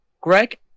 greg